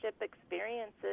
experiences